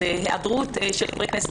אז היעדרות של חברי הכנסת,